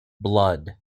blood